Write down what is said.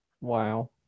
Wow